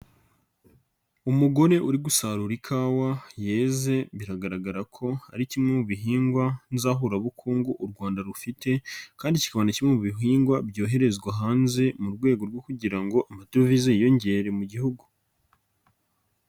Umugore uri gusarura ikawa yeze biragaragara ko ari kimwe mu bihingwa nzahurabukungu u Rwanda rufite kandi kikaba na kimwe mu bihingwa byoherezwa hanze mu rwego rwo kugira ngo amadovize yiyongere mu gihugu.